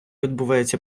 відбувається